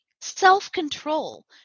self-control